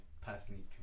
personally